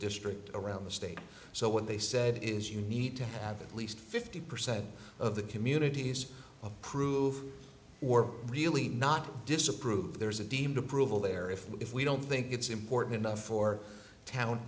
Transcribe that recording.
district around the state so what they said is you need to have at least fifty percent of the communities approved or really not disapprove there's a deemed approval there if we if we don't think it's important enough for t